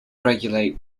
regulate